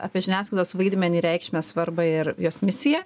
apie žiniasklaidos vaidmenį reikšmę svarbą ir jos misiją